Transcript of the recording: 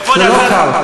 כבוד השר, זה לא קל.